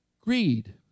greed